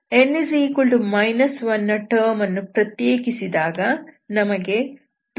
n 1 ನ term ಅನ್ನು ಪ್ರತ್ಯೇಕಿಸಿದಾಗ ನಮಗೆ 2